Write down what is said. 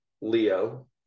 leo